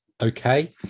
okay